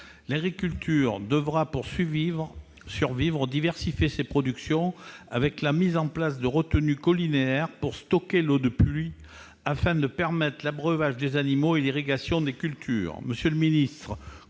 L'agriculture devra, pour survivre, diversifier ses productions, avec la mise en place de retenues collinaires pour stocker l'eau de pluie afin de permettre l'abreuvage des animaux et l'irrigation des cultures.